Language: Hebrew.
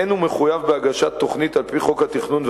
אין הוא מחויב בהגשת תוכנית על-פי חוק התכנון והבנייה,